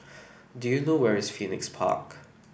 do you know where is Phoenix Park